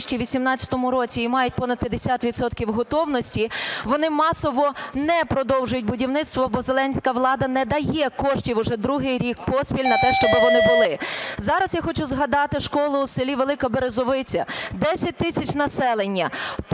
у 2018 році і мають понад 50 відсотків готовності, вони масово не продовжують будівництво, бо зеленська влада не дає коштів уже другий рік поспіль на те, щоб вони були. Зараз я хочу згадати школу у селі Велика Березовиця. 10 тисяч населення,